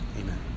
amen